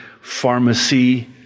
pharmacy